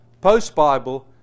post-Bible